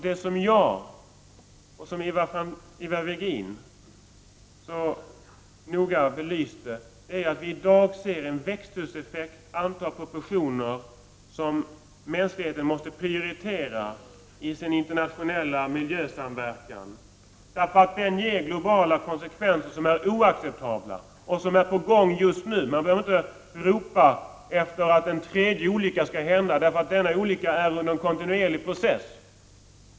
Det som jag och Ivar Virgin så noga belyste är att vi i dag ser en växthuseffekt anta proportioner som gör att mänskligheten måste prioritera växthuseffekten i sin internationella miljösamverkan, eftersom växthuseffekten medför oacceptabla globala konsekvenser. Det hela pågår just nu. Man behöver inte vänta på att en tredje olycka skall hända, eftersom vi har en olycka i form av en kontinuerlig process.